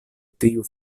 tiu